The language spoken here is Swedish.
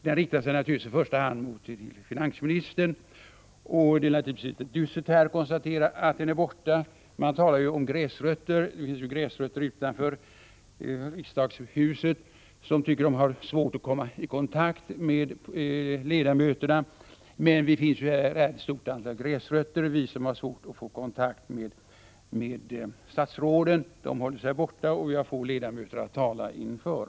Den riktar sig naturligtvis i första hand till finansministern, och det är litet dystert att konstatera att motionen så att säga kommit bort. Man talar om gräsrötter. Det finns gräsrötter utanför riksdagshuset som tycker att de har svårt att komma i kontakt med ledamöterna. Men det finns även ett stort antal gräsrötter här i riksdagen — vi har svårt att få kontakt med statsråden. Statsråden håller sig borta, och vi har få ledamöter att tala inför.